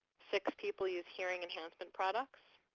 six people use hearing enhancement products.